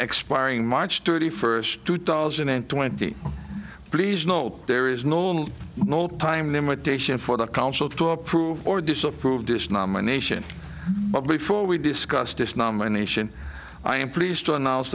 expiring march thirty first two thousand and twenty please note there is no time limitation for the council to approve or disapprove this nomination but before we discuss this nomination i am pleased to announce